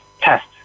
test